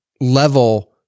level